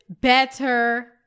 better